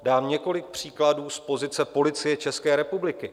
Dám několik příkladů z pozice Policie České republiky.